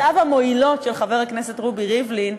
הערותיו המועילות של חבר הכנסת רובי ריבלין.